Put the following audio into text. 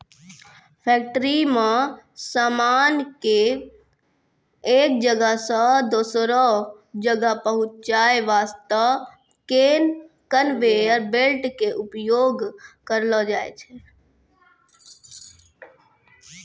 factory मॅ सामान कॅ एक जगह सॅ दोसरो जगह पहुंचाय वास्तॅ कनवेयर बेल्ट के उपयोग करलो जाय छै